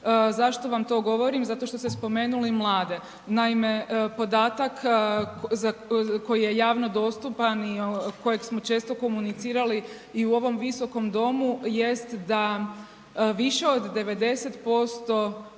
Zašto vam to govorim? Zato što ste spomenuli mlade. Naime, podatak za koji je javno dostupan i kojeg smo često komunicirali i u ovom Visokom domu jest da više od 90%